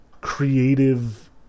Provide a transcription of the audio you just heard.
creative